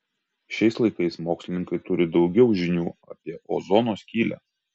šiais laikais mokslininkai turi daugiau žinių apie ozono skylę